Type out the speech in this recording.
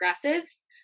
progressives